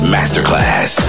Masterclass